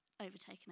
overtaken